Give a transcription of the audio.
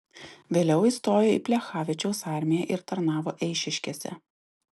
vėliau įstojo į plechavičiaus armiją ir tarnavo eišiškėse